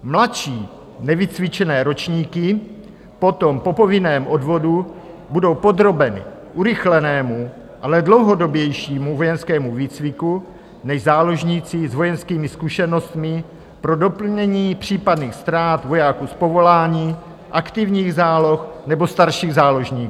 Mladší nevycvičené ročníky potom po povinném odvodu budou podrobeny urychlenému, ale dlouhodobějšímu vojenskému výcviku než záložníci s vojenskými zkušenostmi pro doplnění případných ztrát vojáků z povolání, aktivních záloh nebo starších záložníků.